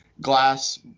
glass